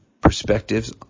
Perspectives